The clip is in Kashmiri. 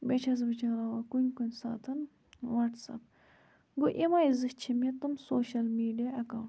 بیٚیہِ چھَس وٕچھاناوان کُنہِ کُنہِ ساتَن وَٹساَپ گوٚو اِمَے زٕ چھِ مےٚ تم سوشَل میٖڈیا اٮ۪کاونٛٹٕس